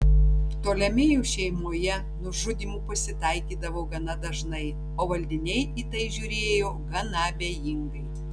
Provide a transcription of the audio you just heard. ptolemėjų šeimoje nužudymų pasitaikydavo gana dažnai o valdiniai į tai žiūrėjo gana abejingai